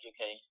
okay